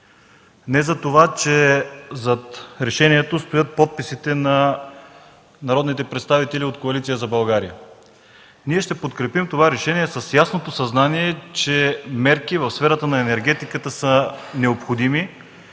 Не затова, че зад решението стоят подписите на народните представители от Коалиция за България. Ние ще подкрепим това решение с ясното съзнание, че мерки в сферата на енергетиката са необходими.